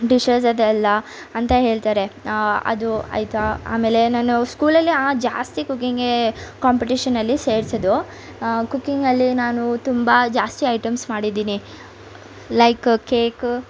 dishes ಅದು ಎಲ್ಲ ಅಂತ ಹೇಳ್ತಾರೆ ಅದು ಆಯಿತಾ ಆಮೇಲೆ ನಾನು ಸ್ಕೂಲಲ್ಲಿ ಜಾಸ್ತಿ ಕುಕ್ಕಿಂಗೆ ಕಾಂಪಿಟೀಷನಲ್ಲಿ ಸೇರಿಸಿದ್ದು ಕುಕ್ಕಿಂಗಲ್ಲಿ ನಾನು ತುಂಬ ಜಾಸ್ತಿ ಐಟೆಮ್ಸ್ ಮಾಡಿದ್ದೀನಿ ಲೈಕ್ ಕೇಕ್